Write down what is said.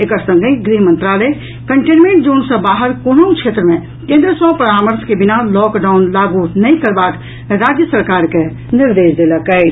एकर संगहि गृह मंत्रालय कंटेनमेंट जोन सँ बाहर कोनहुँ क्षेत्र मे केन्द्र सँ परामर्श के बिना लॉकडॉउन लागू नहि करबाक राज्य सरकार के निर्देश देलक अछि